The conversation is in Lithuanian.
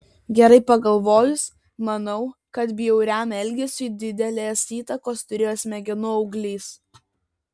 gerai pagalvojus manau kad bjauriam elgesiui didelės įtakos turėjo smegenų auglys